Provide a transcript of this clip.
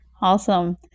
Awesome